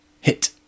Hit